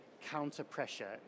counter-pressure